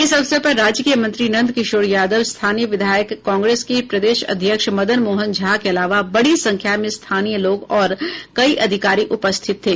इस अवसर पर राज्य के मंत्री नंद किशोर यादव स्थानीय विधायक कांग्रेस के प्रदेश अध्यक्ष मदन मोहन झा के अलावा बड़ी संख्या में स्थानीय लोग और कई अधिकारी उपस्थित थे